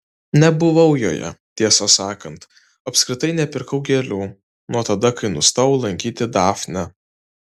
nebuvau joje tiesą sakant apskritai nepirkau gėlių nuo tada kai nustojau lankyti dafnę